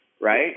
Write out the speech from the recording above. Right